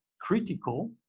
critical